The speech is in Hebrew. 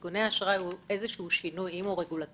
סיכון האשראי הוא איזה שהוא שינוי - אם רגולטורי,